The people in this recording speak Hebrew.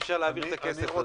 אי-אפשר להעביר את הכסף.